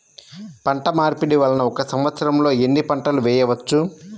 పంటమార్పిడి వలన ఒక్క సంవత్సరంలో ఎన్ని పంటలు వేయవచ్చు?